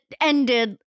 ended